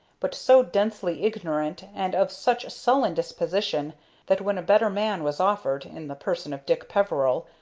but so densely ignorant and of such sullen disposition that when a better man was offered, in the person of dick peveril,